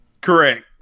Correct